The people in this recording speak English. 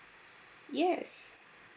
yes